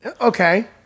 Okay